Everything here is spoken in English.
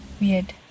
weird